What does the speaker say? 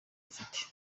afite